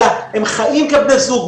אלא הם חיים כבני זוג,